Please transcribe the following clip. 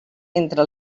entre